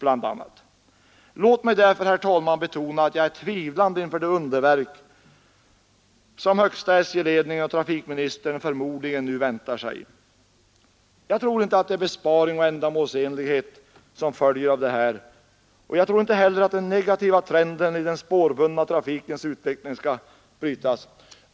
Låt mig därför, herr talman, betona att jag är tvivlande inför det underverk som högsta SJ-ledningen och trafikministern förmodligen väntar sig. Jag tror inte att följden av detta blir besparingar och ändamålsenlighet, och jag tror inte att trenden i den spårbundna trafikens utveckling skall brytas.